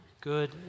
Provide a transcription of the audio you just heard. good